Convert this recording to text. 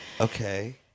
okay